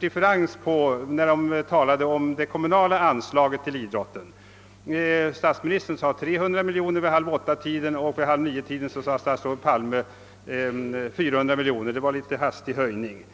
differens på 100 miljoner kronor när de angav de kommunala anslagen till idrotten. Vid 19.30-tiden nämnde statsministern siffran 300 miljoner, och en timme senare sade statsrådet Palme 400 miljoner kronor. Det var ju en hastig ökning.